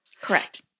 Correct